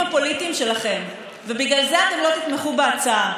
הפוליטיים שלכם ובגלל זה אתם לא תתמכו בהצעה.